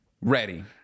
ready